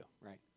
right